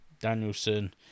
Danielson